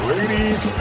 Ladies